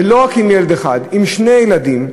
ולא רק עם ילד אחד, עם שני ילדים,